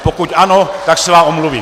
Pokud ano, tak se vám omluvím.